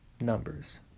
numbers